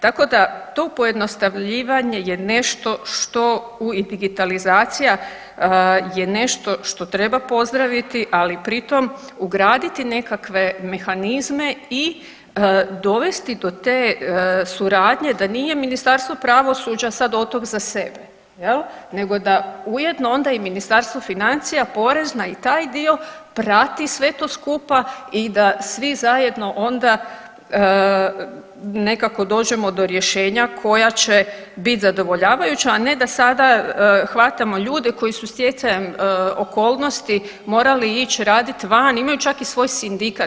Tako da to pojednostavljivanje je nešto što i digitalizacija je nešto što treba pozdraviti, ali pri tom ugraditi nekakve mehanizme i dovesti do te suradnje da nije Ministarstvo pravosuđa sad otok za sebe jel, nego da ujedno onda i Ministarstvo financija, Porezna i taj dio prati sve to skupa i da svi zajedno onda nekako dođemo do rješenja koja će bit zadovoljavajuća, a ne da sada hvatamo ljude koji su stjecajem okolnosti morali ić radit van, imaju čak i svoj sindikat.